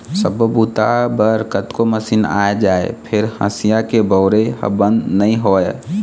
सब्बो बूता बर कतको मसीन आ जाए फेर हँसिया के बउरइ ह बंद नइ होवय